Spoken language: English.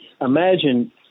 Imagine